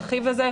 הרכיב הזה,